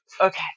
Okay